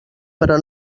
però